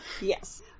Yes